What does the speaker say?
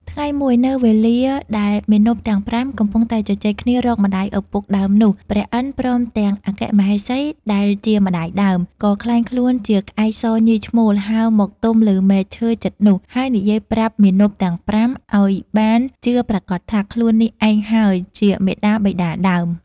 ថ្ងៃមួយ នៅវេលាដែលមាណពទាំង ៥ កំពុងតែជជែកគ្នារកម្ដាយឪពុកដើមនោះ ព្រះឥន្ទព្រមទាំងអគ្គ មហេសីដែលជាម្ដាយដើម ក៏ក្លែងខ្លួនជាក្អែកសញីឈ្មោល ហើរមកទំលើមែកឈើជិតនោះ ហើយនិយាយប្រាប់មាណពទាំង ៥ ឲ្យបានជឿប្រាកដថា "ខ្លួននេះឯងហើយ ជាមាតាបិតាដើម” ។